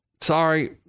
sorry